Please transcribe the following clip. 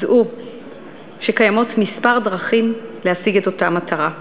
דעו שקיימות מספר דרכים להשיג את אותה המטרה,